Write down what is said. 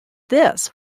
this